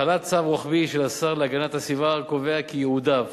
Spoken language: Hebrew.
החלת צו רוחבי של השר להגנת הסביבה הקובע כי יועדף